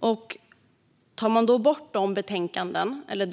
Från 2014 och framåt är det 243.